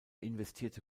investierte